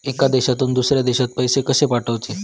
एका देशातून दुसऱ्या देशात पैसे कशे पाठवचे?